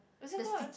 what's it called